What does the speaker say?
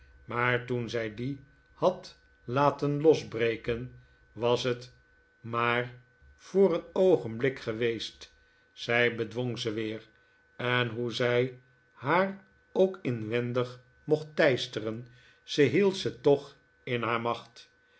maar toen zij die had laten losbreken was het maar voor een oogenblik geweest zij bedwong ze weer en hoe zij haar ook inwendig mocht teisteren ze hield ze toch in haar macht